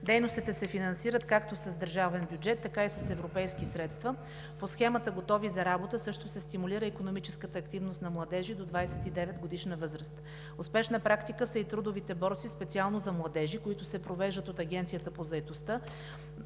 Дейностите се финансират както с държавен бюджет, така и с европейски средства. По схемата „Готови за работа“ също се стимулира икономическата активност на младежи до 29-годишна възраст. Успешна практика са и трудовите борси специално за младежи, които се провеждат от Агенцията по заетостта,